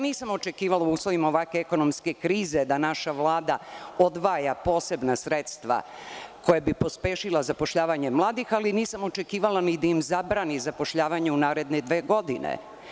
Nisam očekivala u uslovima ovakve ekonomske krize da naša Vlada odvaja posebna sredstva koja bi pospešila zapošljavanje mladih, ali nisam očekivala ni da im zabrani zapošljavanje u naredne dve godine.